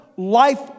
life